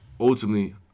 Ultimately